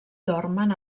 dormen